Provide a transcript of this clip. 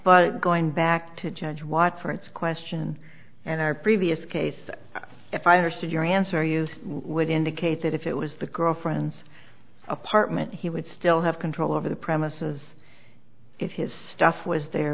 but going back to judge watts once question and our previous case if i understood your answer you would indicate that if it was the girlfriend's apartment he would still have control over the premises if his stuff was the